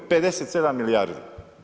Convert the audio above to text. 57 milijardi.